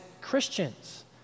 Christians